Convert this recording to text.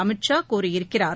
அமித் ஷா கூறியிருக்கிறார்